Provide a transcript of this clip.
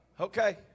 Okay